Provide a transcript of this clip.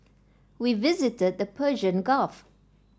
we visited the Persian Gulf